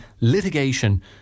litigation